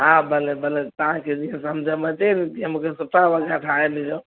हा भले भले तव्हांखे जीअं समुझ में अचे तीअं मूंखे सुठा वॻा ठाहे ॾिजो